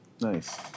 Nice